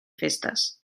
festes